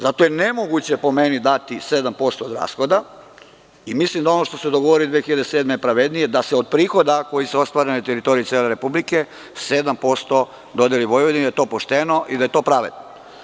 Zato je nemoguće po meni dati 7% od rashoda i mislim da ono što se dogovorilo 2007. godine je pravednije, da se od prihoda koji se ostvare na teritoriji cele republike 7% dodeli Vojvodini, da je to pošteno i da je to pravedno.